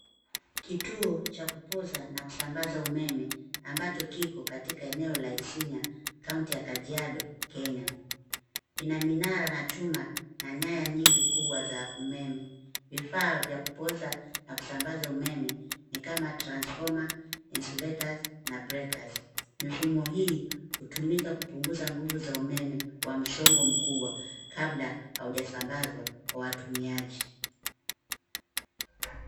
Kituo cha kupoza na kusambaza umeme ,ambacho kiko katika eneo la Isinya , kaunti ya kajiado, kenya . Kina minara na chuma na nyaya nyingi kubwa za umeme. Vifaa vya kupoza na kusambaza umeme ni kama transformer, insulators na breakers . Mifumo hii hutumika kupunguza nguvu za umeme wa msongo mkubwa , kabla haujasambazwa kwa watumiaji.